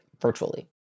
virtually